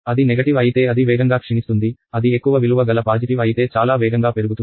అది నెగటివ్ అయితే అది వేగంగా క్షిణిస్తుంది అది ఎక్కువ విలువ గల పాజిటివ్ అయితే చాలా వేగంగా పెరుగుతుంది